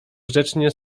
grzecznie